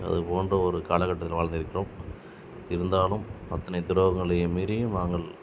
அது போன்ற ஒரு கால கட்டத்தில் வாழ்ந்து இருக்கிறோம் இருந்தாலும் அத்தனை துரோகங்களையும் மீறியும் நாங்கள்